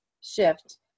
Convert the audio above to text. shift